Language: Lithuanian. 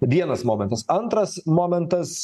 vienas momentas antras momentas